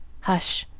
hush!